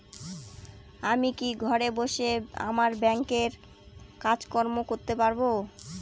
আমি কি ঘরে বসে আমার ব্যাংকের কাজকর্ম করতে পারব?